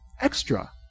extra